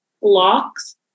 locks